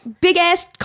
big-ass